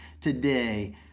today